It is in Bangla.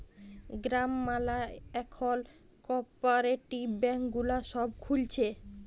গ্রাম ম্যালা এখল কপরেটিভ ব্যাঙ্ক গুলা সব খুলছে